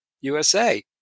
USA